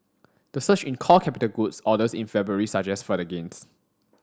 the surge in core capital goods orders in February suggests further gains